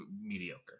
mediocre